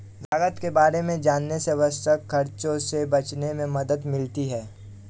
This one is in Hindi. लागत के बारे में जानने से अनावश्यक खर्चों से बचने में मदद मिलती है